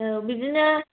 औ बिदिनो